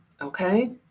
Okay